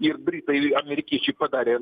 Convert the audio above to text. ir britai amerikiečiai padarė